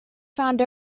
found